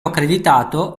accreditato